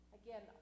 again